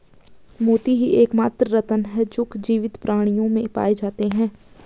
मोती ही एकमात्र रत्न है जो जीवित प्राणियों में पाए जाते है